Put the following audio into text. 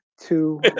two